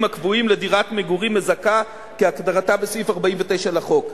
הקבועים לדירת מגורים מזכה כהגדרתה בסעיף 49 לחוק.